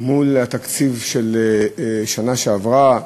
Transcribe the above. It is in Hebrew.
מול התקציב של השנה שעברה,